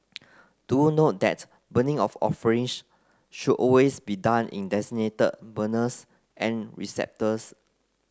do note that burning of offerings should always be done in designated burners and receptacles